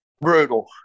Brutal